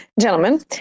gentlemen